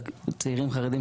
לצעירים חרדים,